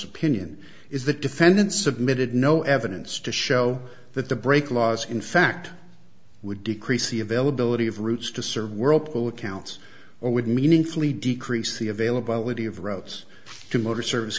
opinion is the defendant submitted no evidence to show that the break laws in fact would decrease the availability of routes to serve whirlpool accounts or would meaningfully decrease the availability of roads to motor serv